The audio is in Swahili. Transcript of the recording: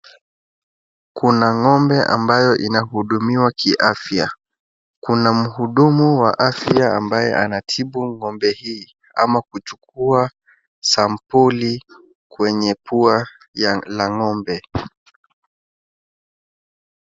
Kuna ng'ombe ambayo inahudumiwa kiafya kuna mhudumu wa afya ambaye anatibu ng'ombe hii au kuchukua sampuli kwenye pua la ng'ombe.